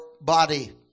body